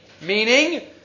Meaning